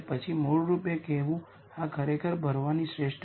આ મહત્વપૂર્ણ પરિણામો છે જે આપણે જાણવાની જરૂર છે